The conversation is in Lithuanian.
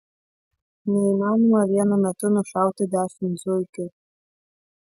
neįmanoma vienu metu nušauti dešimt zuikių